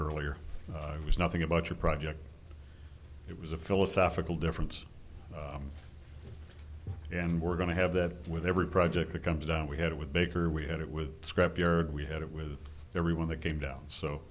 earlier it was nothing about your project it was a philosophical difference and we're going to have that with every project that comes down we had it with baker we had it with scrap yard we had it with everyone that came down so